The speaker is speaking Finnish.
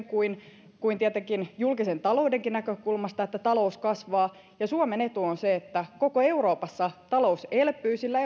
kuin kuin tietenkin julkisen taloudenkin näkökulmasta että talous kasvaa ja suomen etu on se että koko euroopassa talous elpyy sillä